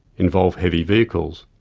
involve heavy vehicles.